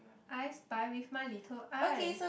I spy with my little eye